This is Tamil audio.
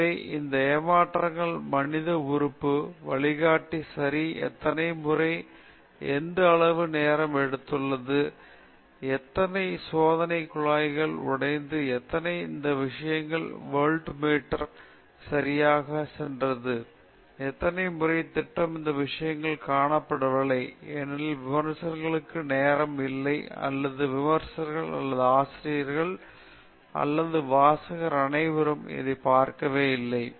எனவே இந்த ஏமாற்றங்கள் மனித உறுப்பு வழிகாட்டி சரி எத்தனை முறை அது எவ்வளவு நேரம் எடுத்துள்ளது எத்தனை சோதனை குழாய்கள் உடைந்து எத்தனை இந்த விஷயம் வோல்ட் மீட்டர் சரியா சென்றது எத்தனை முறை திட்டம் இந்த விஷயங்களை காணப்படவில்லை ஏனெனில் விமர்சகருக்கு நேரம் இல்லை அல்லது விமர்சகர் அல்லது ஆசிரியர் அல்லது வாசகர் அனைவருக்கும் இதைப் பார்க்க நேரம் இல்லை